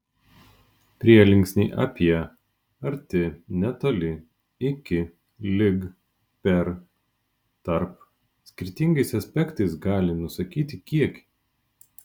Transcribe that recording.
prielinksniai apie arti netoli iki lig per tarp skirtingais aspektais gali nusakyti kiekį